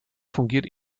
fungiert